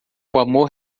amor